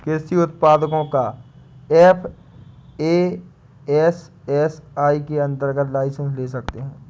कृषि उत्पादों का एफ.ए.एस.एस.आई के अंतर्गत लाइसेंस ले सकते हैं